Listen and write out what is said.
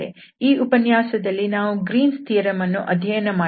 ಈ ಉಪನ್ಯಾಸದಲ್ಲಿ ನಾವು ಗ್ರೀನ್ಸ್ ಥಿಯರಂ Green's theoremಅನ್ನು ಅಧ್ಯಯನ ಮಾಡಿದೆವು